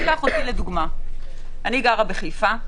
אני, למשל, גרה בחיפה,